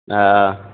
आ